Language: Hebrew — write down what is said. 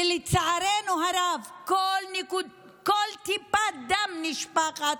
ולצערנו הרב, כל טיפת דם שנשפכת,